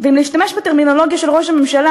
ואם להשתמש בטרמינולוגיה של ראש הממשלה: